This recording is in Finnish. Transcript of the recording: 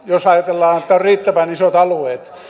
jos ajatellaan että on riittävän isot alueet